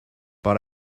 but